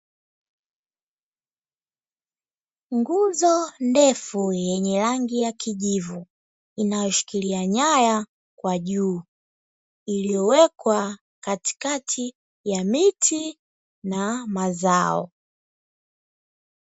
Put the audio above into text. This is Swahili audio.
Nguzo ndefu yenye rangi ya kijivu inayoshikiria nyaya kwa juu iliyowekwa katikati ya miti na mazao.